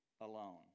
alone